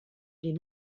les